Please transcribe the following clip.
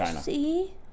see